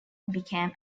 became